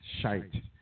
shite